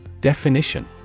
definition